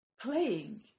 playing